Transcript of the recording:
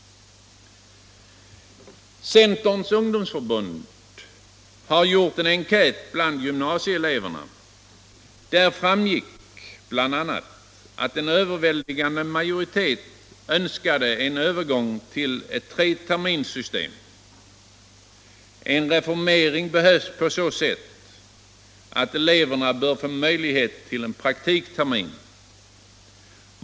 Centerns ungdomsförbund har gjort en enkät bland gymnasieeleverna. Där framgick bl.a. att en överväldigande majoritet önskade en övergång till ett treterminssystem. En reformering behövs på så sätt att eleverna bör få möjlighet till en praktiktermin.